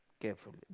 carefully